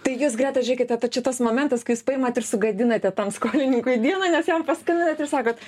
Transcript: tai jūs greta žiūrėkite tai čia tas momentas kai jūs paimat ir sugadinate skolininkui dieną nes jam paskambinat ir sakot